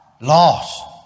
Lost